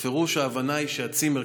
בפירוש ההבנה היא שהצימר,